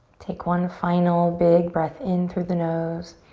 take one final big breath in through the nose.